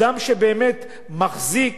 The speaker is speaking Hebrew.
שאדם שבאמת מחזיק